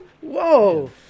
Whoa